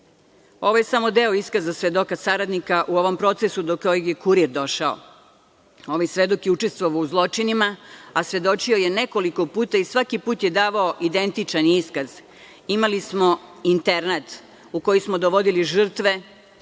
Ovo je samo deo iskaza svedoka saradnika u ovom procesu do kojeg je „Kurir“ došao. Ovaj svedok je učestovao u zločinima, a svedočio je nekoliko puta i svaki put je davao identičan iskaz. Imali smo internat u koji smo dovodili žrtve